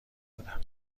بدم